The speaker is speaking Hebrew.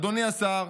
אדוני השר?